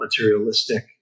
materialistic